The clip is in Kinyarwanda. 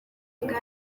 bwari